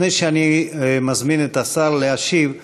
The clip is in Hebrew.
לפני שאני מזמין את השר להשיב,